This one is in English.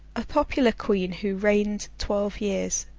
a popular queen, who reigned twelve years.